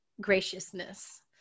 graciousness